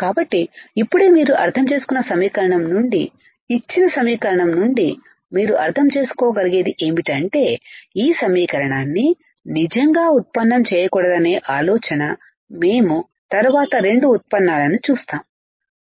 కాబట్టి ఇప్పుడే మీరు అర్థం చేసుకున్న సమీకరణం నుండి ఇచ్చిన సమీకరణం నుండి మీరు అర్థం చేసుకోగలిగేది ఏమిటంటే ఈ సమీకరణాన్ని నిజంగా ఉత్పన్నం చేయకూడదనే ఆలోచన మేము తరువాత 2 ఉత్పన్నాలను చూస్తాము